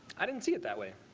i didn't see it that way.